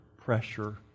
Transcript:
pressure